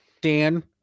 Dan